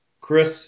Chris